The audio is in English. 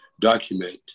document